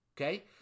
okay